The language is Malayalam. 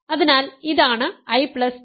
അതിനാൽ ഇതാണ് IJ